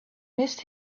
missed